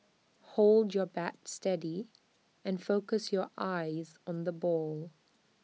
hold your bat steady and focus your eyes on the ball